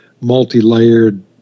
multi-layered